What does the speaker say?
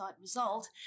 result